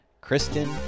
Kristen